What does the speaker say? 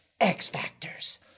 X-Factors